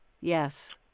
Yes